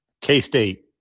k-state